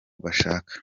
bashaka